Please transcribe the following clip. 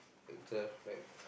it's just like